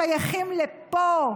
שייכים לפה,